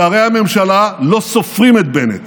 שרי הממשלה לא סופרים את בנט.